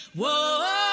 Whoa